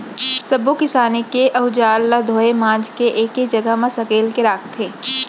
सब्बो किसानी के अउजार ल धोए मांज के एके जघा म सकेल के राखथे